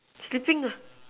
sleeping ah